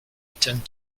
attend